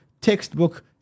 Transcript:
textbook